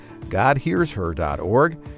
GodHearsHer.org